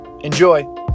Enjoy